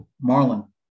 Marlin